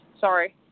sorry